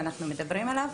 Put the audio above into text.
שאנחנו מדברים עליו.